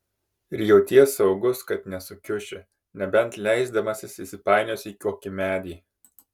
ir jauties saugus kad nesukiuši nebent leisdamasis įsipainiosi į kokį medį